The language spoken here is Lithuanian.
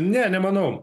ne nemanau